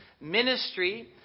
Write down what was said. ministry